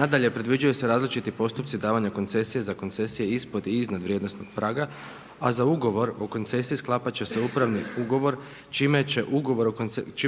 Nadalje, predviđaju se različiti postupci davanja koncesije za koncesije ispod i iznad vrijednosnog praga, a za ugovor o koncesiji sklapat će se upravni ugovor čime